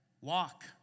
Walk